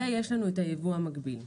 ויש לנו את היבוא המקביל.